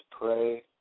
pray